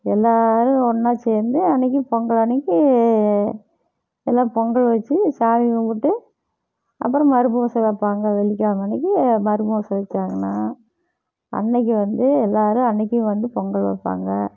எல்லோரும் ஒன்றா சேர்ந்து அன்றைக்கி பொங்கல் அன்றைக்கி எல்லோரும் பொங்கல் வச்சு சாமி கும்பிட்டு அப்புறம் மறுபூசை வைப்பாங்க வெள்ளிக்கெழமை அன்றைக்கி மறுபூசை வைச்சாங்கன்னா அன்றைக்கி வந்து எல்லோரும் அன்றைக்கும் வந்து பொங்கல் வைப்பாங்க